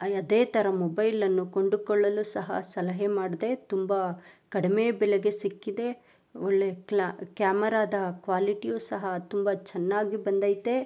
ಅಯ ಅದೇ ಥರ ಮೊಬೈಲನ್ನು ಕೊಂಡುಕೊಳ್ಳಲು ಸಹ ಸಲಹೆ ಮಾಡಿದೆ ತುಂಬ ಕಡಿಮೆ ಬೆಲೆಗೆ ಸಿಕ್ಕಿದೆ ಒಳ್ಳೆಯ ಕ್ಲ ಕ್ಯಾಮರಾದ ಕ್ವಾಲಿಟಿಯೂ ಸಹ ತುಂಬ ಚೆನ್ನಾಗಿ ಬಂದೈತೆ